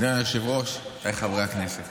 אדוני היושב-ראש, רבותיי חברי הכנסת,